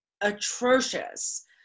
atrocious